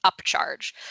upcharge